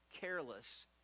careless